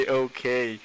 okay